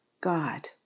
God